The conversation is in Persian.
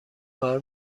کار